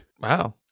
Wow